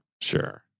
sure